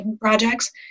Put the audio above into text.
projects